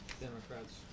Democrats